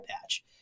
patch